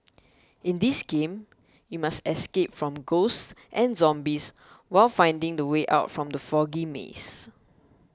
in this game you must escape from ghosts and zombies while finding the way out from the foggy maze